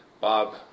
Bob